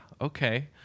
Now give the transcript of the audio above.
okay